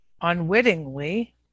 unwittingly